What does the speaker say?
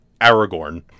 aragorn